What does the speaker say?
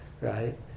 right